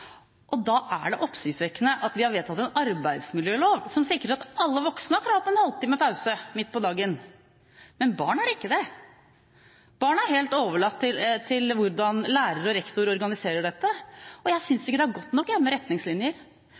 Da er det oppsiktsvekkende at vi har vedtatt en arbeidsmiljølov som sikrer at alle voksne har krav på en halvtime pause midt på dagen, men at barn ikke har det. Barn er helt overlatt til hvordan lærere og rektor organiserer dette. Jeg synes ikke det er godt nok med retningslinjer.